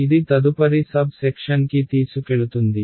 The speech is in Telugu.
ఇది తదుపరి సబ్సెక్షన్కి తీసుకెళుతుంది